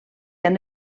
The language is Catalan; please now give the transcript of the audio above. han